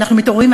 ואנחנו מתעוררים,